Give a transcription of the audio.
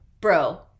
Bro